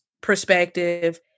perspective